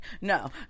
no